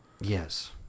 Yes